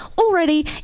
already